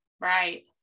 Right